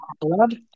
blood